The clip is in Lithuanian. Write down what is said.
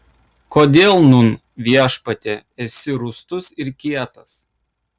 kodėl nūn viešpatie esi rūstus ir kietas